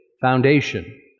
foundation